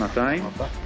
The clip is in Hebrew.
להרחיב.